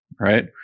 right